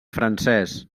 francès